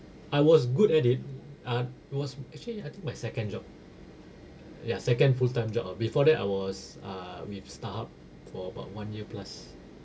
I was good at it uh it was actually I think my second job ya second full time job ah before that I was uh with Starhub for about one year plus